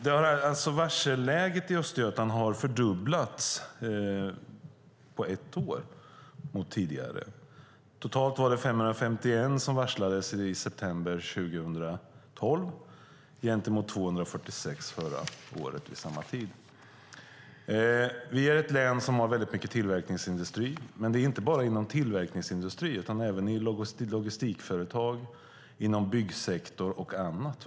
Antalet varsel har fördubblats på ett år mot tidigare. Totalt var det 551 som varslades i september 2012 jämfört med 246 förra året vid samma tid. Vi är ett län som har väldigt mycket tillverkningsindustri, men det gäller inte bara tillverkningsindustrin utan även logistikföretag, byggsektor och annat.